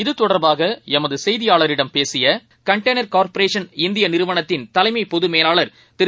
இது தொடர்பாகளமதுசெய்தியாளரிடம் பேசியகண்டெய்னர் கார்பரேஷன் இந்தியநிறுவனத்தின் தலைமைபொதுமேலாளர் திரு